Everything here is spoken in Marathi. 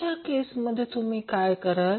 अशा केसमध्ये तुम्ही काय कराल